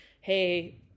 hey